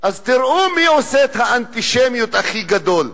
אז תראו מי עושה את האנטישמיות הכי גדולה.